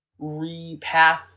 repath